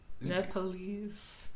nepalese